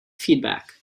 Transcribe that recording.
feedback